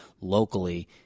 locally